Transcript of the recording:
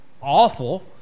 awful